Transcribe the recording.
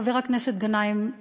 חבר הכנסת גנאים,